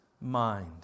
mind